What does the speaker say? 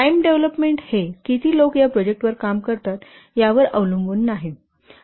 time development हे किती लोक या प्रोजेक्टवर काम करतात यावर अवलंबून नाही